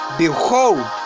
behold